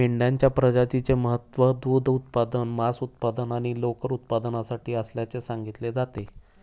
मेंढ्यांच्या प्रजातीचे महत्त्व दूध उत्पादन, मांस उत्पादन आणि लोकर उत्पादनासाठी असल्याचे सांगितले जाते